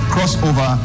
Crossover